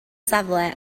safle